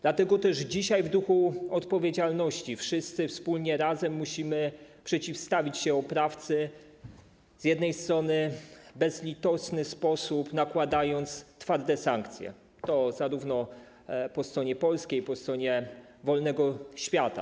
Dlatego też dzisiaj w duchu odpowiedzialności wszyscy wspólnie razem musimy przeciwstawić się oprawcy, z jednej strony w bezlitosny sposób nakładając twarde sankcje po stronie polskiej, po stronie wolnego świata.